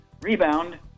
rebound